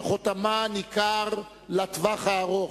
שחותמה ניכר לטווח הארוך.